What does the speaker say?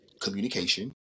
communication